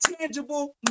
tangible